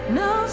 no